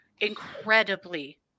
incredibly